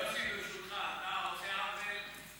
יוסי, ברשותך, אתה עושה עוול.